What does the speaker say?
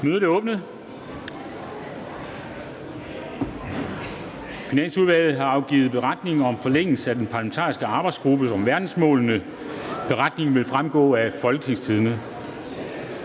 Mødet er åbnet. Finansudvalget har afgivet: Beretning om forlængelse af den parlamentariske arbejdsgruppe om verdensmålene. (Beretning nr. 3). Beretningen